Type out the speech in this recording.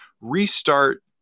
restart